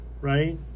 right